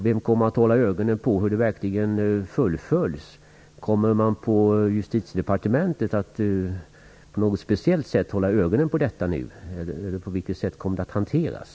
Vem kommer att hålla ögonen på hur det här verkligen följs? Kommer man på Justitiedepartementet att hålla ögonen på detta på något speciellt sätt? På vilket sätt kommer det att hanteras?